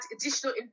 additional